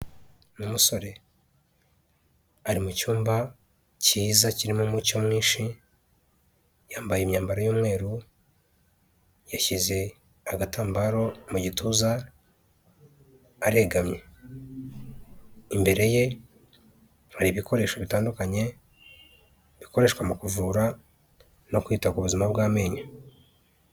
Umusore ari mu cyumba cyiza kirimo umucyo mwinshi, yambaye imyambaro y'umweru, yashyize agatambaro mu gituza aregamye, imbere ye hari ibikoresho bitandukanye bikoreshwa mu kuvura no kwita ku buzima bw'amenyo.